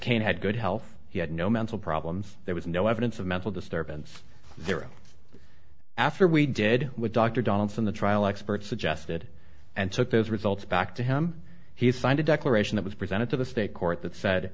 can't had good health he had no mental problems there was no evidence of mental disturbance there after we did what dr donaldson the trial expert suggested and took those results back to him he signed a declaration that was presented to the state court that said